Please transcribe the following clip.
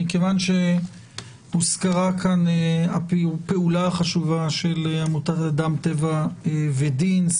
מכיוון שהוזכרה כאן הפעולה החדשה של עמותת אדם טבע ודין,